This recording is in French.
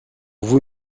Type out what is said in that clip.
vous